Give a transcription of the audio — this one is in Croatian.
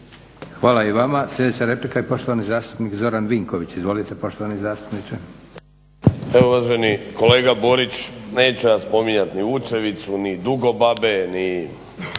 Hvala i vama. Sljedeća replika i poštovani zastupnik Zoran Vinković. Izvolite. **Vinković, Zoran (HDSSB)** Evo uvaženi kolega Borić, neću ja spominjati ni Učevicu ni Dugobabe ni